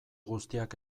guztiak